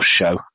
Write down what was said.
show